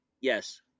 Yes